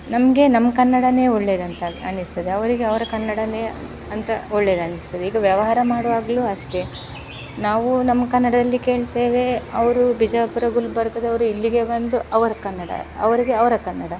ನಮಗೆ ನಮ್ಮ ಕನ್ನಡನೇ ಒಳ್ಳೆಯದಂತ ಅನಿಸ್ತದೆ ಅವರಿಗೆ ಅವರ ಕನ್ನಡನೇ ಅಂತ ಒಳ್ಳೆಯದನಿಸ್ತದೆ ಈಗ ವ್ಯವಹಾರ ಮಾಡುವಾಗಲೂ ಅಷ್ಟೇ ನಾವು ನಮ್ಮ ಕನ್ನಡದಲ್ಲಿ ಕೇಳ್ತೇವೆ ಅವರು ಬಿಜಾಪುರ ಗುಲ್ಬರ್ಗದವರು ಇಲ್ಲಿಗೆ ಬಂದು ಅವರ ಕನ್ನಡ ಅವರಿಗೆ ಅವರ ಕನ್ನಡ